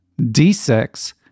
d6